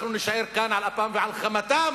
אנחנו נישאר כאן על אפם ועל חמתם.